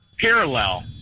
parallel